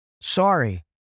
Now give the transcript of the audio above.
Sorry